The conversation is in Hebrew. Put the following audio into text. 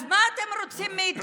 אז מה אתם רוצים מאיתנו?